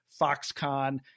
Foxconn